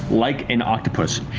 like an octopus.